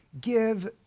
give